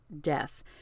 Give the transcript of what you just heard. death